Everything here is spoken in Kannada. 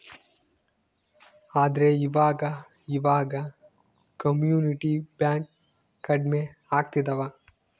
ಆದ್ರೆ ಈವಾಗ ಇವಾಗ ಕಮ್ಯುನಿಟಿ ಬ್ಯಾಂಕ್ ಕಡ್ಮೆ ಆಗ್ತಿದವ